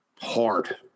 Hard